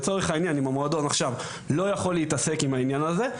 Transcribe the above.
לצורך העניין אם המועדון עכשיו לא יכול להתעסק עם העניין הזה,